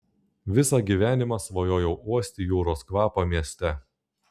visą gyvenimą svajojau uosti jūros kvapą mieste